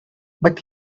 but